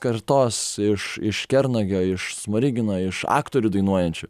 kartos iš iš kernagio iš smorigino iš aktorių dainuojančių